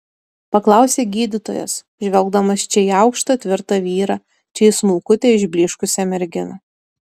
paklausė gydytojas žvelgdamas čia į aukštą tvirtą vyrą čia į smulkutę išblyškusią merginą